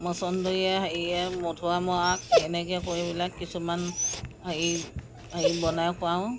মচন্দৰিয়ে হেৰিয়ে মধুৰিআমৰ আগ এনেকৈ কৰি পেলাই কিছুমান হেৰি হেৰি বনাই খুৱাওঁ